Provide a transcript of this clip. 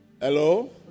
Hello